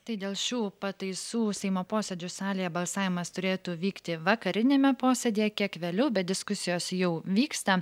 tai dėl šių pataisų seimo posėdžių salėje balsavimas turėtų vykti vakariniame posėdyje kiek vėliau bet diskusijos jau vyksta